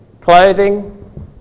clothing